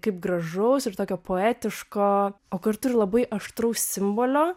kaip gražaus ir tokio poetiško o kartu ir labai aštraus simbolio